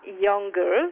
younger